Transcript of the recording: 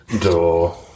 door